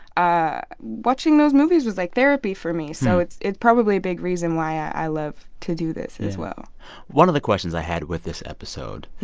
watching those movies was like therapy for me. so it's it's probably a big reason why i love to do this as well one of the questions i had with this episode. yeah.